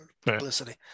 publicity